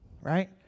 Right